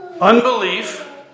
unbelief